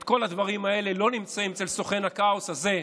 את כל הדברים האלה לא נמצא אצל סוכן הכאוס הזה,